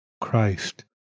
Christ